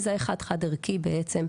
מזהה חד-חד ערכי בעצם,